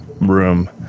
room